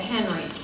Henry